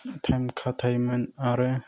time खाथायोमोन आरो